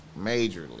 majorly